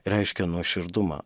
reiškia nuoširdumą